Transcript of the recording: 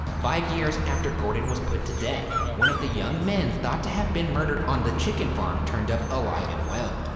five years after gordon was put to death, one of the young men thought to have been murdered on the chicken farm turned up alive and well.